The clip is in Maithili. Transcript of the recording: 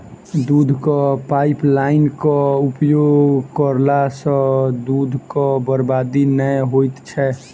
दूधक पाइपलाइनक उपयोग करला सॅ दूधक बर्बादी नै होइत छै